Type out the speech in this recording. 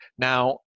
Now